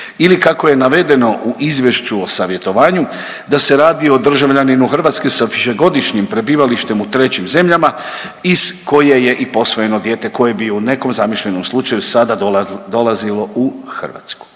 ili kako je navedeno u izvješću o savjetovanju, da se radi o državljaninu Hrvatske sa višegodišnjim prebivalištem u trećim zemljama iz koje je i posvojeno dijete koje bi u nekom zamišljenom slučaju sada dolazilo u Hrvatsku.